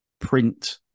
print